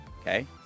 Okay